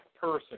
person